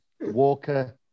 Walker